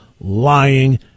lying